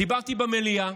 דיברתי במליאה,